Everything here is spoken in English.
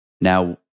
now